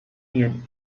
jin